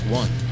one